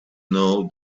know